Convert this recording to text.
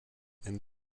and